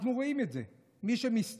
אנחנו רואים את זה, מי שמסתובב